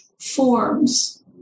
forms